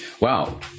Wow